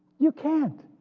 you can't.